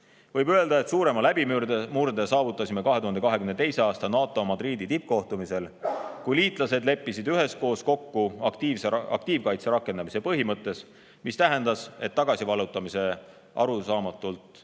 Võib öelda, et suurema läbimurde saavutasime 2022. aasta NATO Madridi tippkohtumisel, kui liitlased leppisid üheskoos kokku aktiivkaitse rakendamise põhimõttes, mis tähendas, et tagasivallutamise arusaamalt